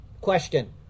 Question